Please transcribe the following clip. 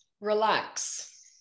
Relax